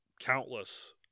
countless